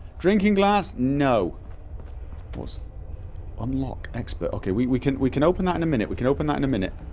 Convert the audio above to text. drinking glass, no what's unlock expert okay, we we can we can open that in a minute, we can open that in a minute